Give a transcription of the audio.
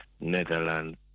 netherlands